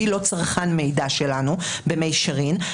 היא לא צרכן מידע שלנו במישרין,